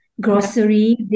grocery